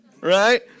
right